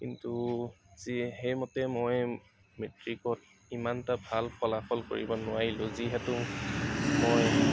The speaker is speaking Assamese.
কিন্তু যিয়ে সেই মতে মই মেট্ৰিকত ইমানটা ভাল ফলাফল কৰিব নোৱাৰিলো যিহেতু মই